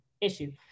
issue